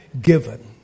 given